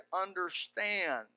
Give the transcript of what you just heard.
understand